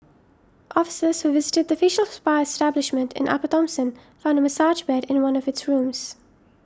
officers who visited the facial spa establishment in Upper Thomson found a massage bed in one of its rooms